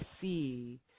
see